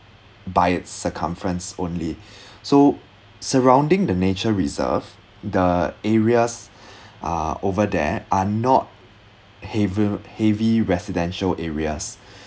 by its circumference only so surrounding the nature reserve the areas uh over there are not heavy heavy residential areas